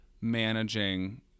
managing